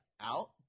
out